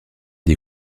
des